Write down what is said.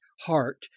heart